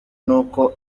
n’uko